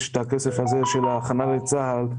יש את הכסף הזה של ההכנה לצה"ל.